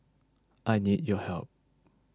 I need your help